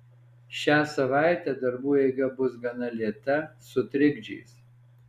šią savaitę darbų eiga bus gana lėta su trikdžiais